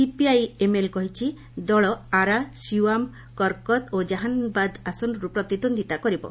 CPIML କହିଛି ଦଳ ଆରା ସିଓ୍ୱାମ୍ କରକତ୍ ଓ ଜାହାନବାଦ୍ ଆସନରୁ ପ୍ରତିଦ୍ୱନ୍ଦିତା କରିବେ